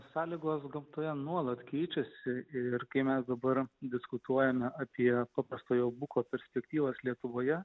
sąlygos gamtoje nuolat keičiasi ir kai mes dabar diskutuojame apie paprastojo buko perspektyvas lietuvoje